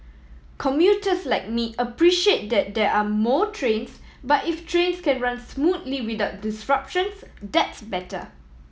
commuters like me appreciate that there are more trains but if trains can run smoothly without disruptions that's better